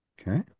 Okay